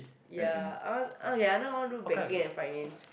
ya I want ya I wanna do banking and finance